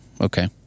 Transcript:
Okay